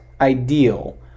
ideal